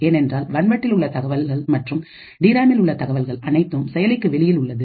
ஏனென்றால் வன் வட்டில் உள்ள தகவல்கள் மற்றும் டிராமில் உள்ள தகவல்கள் அனைத்தும் செயலிக்கு வெளியில் உள்ளது